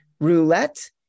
roulette